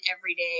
everyday